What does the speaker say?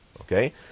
Okay